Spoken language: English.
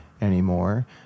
anymore